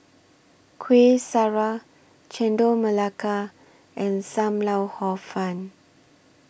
Kueh Syara Chendol Melaka and SAM Lau Hor Fun